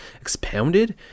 expounded